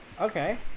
okay